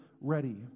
ready